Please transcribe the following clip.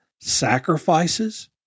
sacrifices